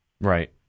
Right